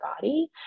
body